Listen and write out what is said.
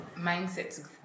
mindset